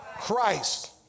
Christ